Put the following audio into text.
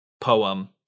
poem